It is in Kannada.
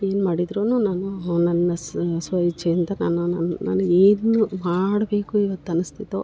ಏನು ಮಾಡಿದರೂನು ನಾನು ನನ್ನ ಸ್ವ ಇಚ್ಛೆಯಿಂದ ನಾನು ನನ್ ನನಗೇನು ಮಾಡಬೇಕು ಇವತ್ತು ಅನಿಸ್ತೈತೋ